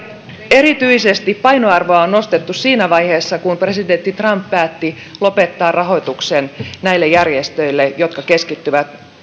erityisesti painoarvoa on nostettu siinä vaiheessa kun presidentti trump päätti lopettaa rahoituksen näille järjestöille jotka keskittyvät